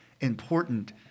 important